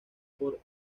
por